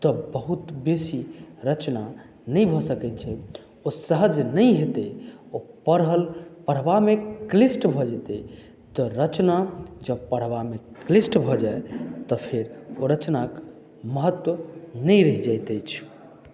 तऽ बहुत बेसी रचना नहि भऽ सकैत छै ओ सहज नहि हेतै ओ पढ़ल पढबामे क्लिष्ट भऽ जेतै तऽ रचना जँ पढबामे क्लिष्ट भऽ जाय तऽ फेर ओ रचनाक महत्त्व नहि रहि जाइत अछि